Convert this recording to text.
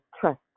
trust